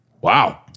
Wow